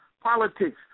politics